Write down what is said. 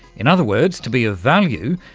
in other words, to be of value,